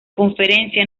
conferencia